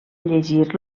llegir